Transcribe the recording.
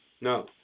No